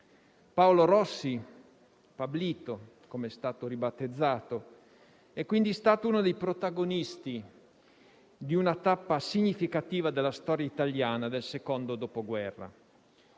Paolo Rossi - Pablito, come è stato ribattezzato - è stato quindi uno dei protagonisti di una tappa significativa della storia italiana del secondo dopoguerra.